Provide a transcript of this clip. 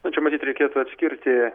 na čia matyt reikėtų atskirti